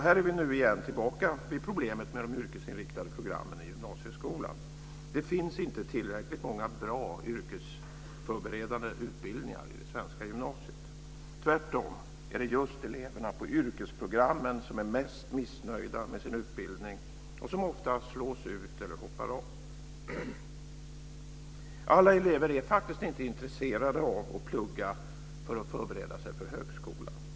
Här är vi nu igen tillbaka vid problemet med de yrkesinriktade programmen i gymnasieskolan. Det finns inte tillräckligt många bra yrkesförberedande utbildningar i det svenska gymnasiet. Tvärtom är det just eleverna på yrkesprogrammen som är mest missnöjda med sin utbildning och som ofta slås ut eller hoppar av. Alla elever är faktiskt inte intresserade av att plugga för att förbereda sig för högskolan.